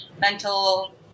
mental